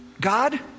God